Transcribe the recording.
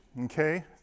okay